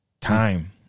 time